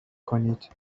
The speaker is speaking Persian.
کنید